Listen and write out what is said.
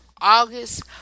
august